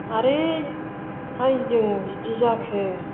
माबोरैहाय जों बिदि जाखो